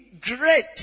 great